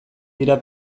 dira